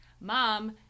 Mom